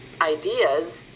ideas